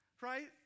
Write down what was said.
right